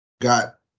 got